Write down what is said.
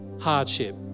hardship